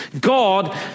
God